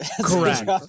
correct